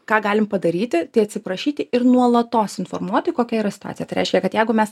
ką galim padaryti tai atsiprašyti ir nuolatos informuoti kokia yra situacija tai reiškia kad jeigu mes